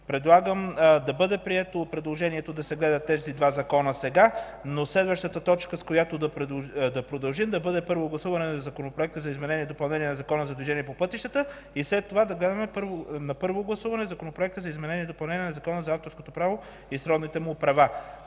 предлагам да бъде прието предложението да се гледат тези два закона сега, но следващата точка, с която да продължим, да бъде Първо гласуване на Законопроекта за изменение и допълнение на Закона за движение по пътищата, и след това да гледаме на Първо гласуване Законопроекта за изменение и допълнение на Закона за авторското право и сродните му права.